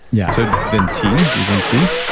yeah so, then tea, do you drink tea?